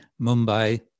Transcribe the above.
Mumbai